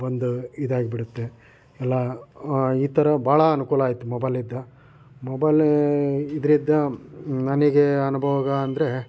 ಬಂದು ಇದಾಗ್ಬಿಡುತ್ತೆ ಎಲ್ಲ ಈ ಥರ ಭಾಳ ಅನುಕೂಲ ಆಯ್ತು ಮೊಬೈಲಿಂದ ಮೊಬೈಲ್ ಇದರಿಂದ ನನಗೆ ಅನುಭೋಗ ಅಂದರೆ